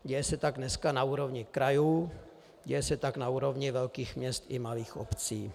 Děje se tak dneska na úrovni krajů, děje se tak na úrovni velkých měst i malých obcí.